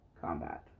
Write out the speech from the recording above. combat